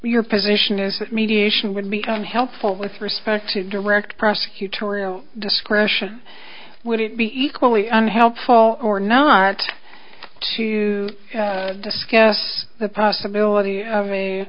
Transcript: your position is that mediation would become helpful with respect to direct prosecutorial discretion would it be equally unhelpful or not to discuss the possibility of a